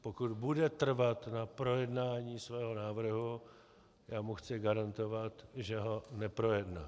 Pokud bude trvat na projednání svého návrhu, chci mu garantovat, že ho neprojedná.